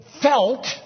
felt